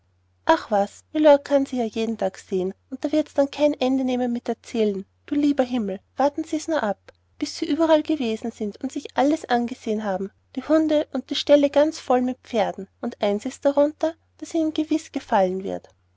ach was mylord kann sie ja jeden tag sehen und da wird's denn kein ende nehmen mit erzählen du lieber himmel warten sie's nur ab bis sie überall gewesen sind und sich alles angesehen haben die hunde und die ställe ganz voll mit pferden es ist eins darunter das ihnen gewiß gefallen wird